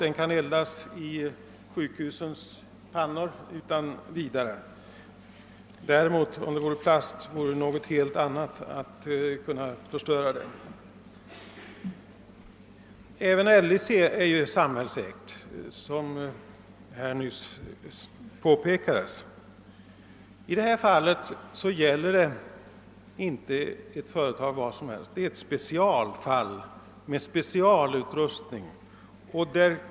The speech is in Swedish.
Det kan utan vidare brännas i sjukhusens pannor. Om det vore plast vore det ett helt annat problem att förstöra det. Även LIC är ju samhällsägt, som nyss påpekades. Det är inte ett företag vilket som helst; det är ett företag med specialutrustning.